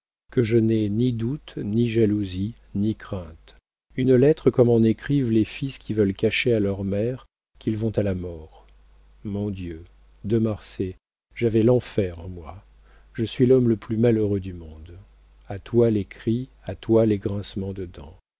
que je n'ai ni doute ni jalousie ni crainte une lettre comme en écrivent les fils qui veulent cacher à leurs mères qu'ils vont à la mort mon dieu de marsay j'avais l'enfer en moi je suis l'homme le plus malheureux du monde a toi les cris à toi les grincements de dents